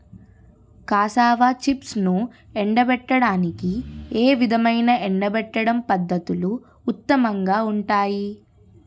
Cassava చిప్స్ను ఎండబెట్టడానికి ఏ విధమైన ఎండబెట్టడం పద్ధతులు ఉత్తమంగా ఉంటాయి?